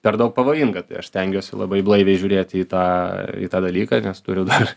per daug pavojinga tai aš stengiuosi labai blaiviai žiūrėti į tą į tą dalyką nes turiu dar